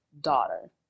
daughter